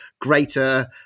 greater